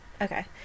Okay